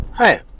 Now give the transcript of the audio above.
Hi